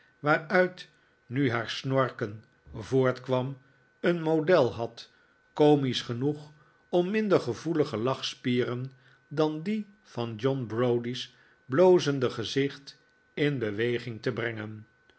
waaruit nu haar snorken voortkwam een model had komisch genoeg om minder gevoelige lachspieren dan die van john browdie's blozende gezicht in beweging te brengen